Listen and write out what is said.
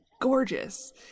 gorgeous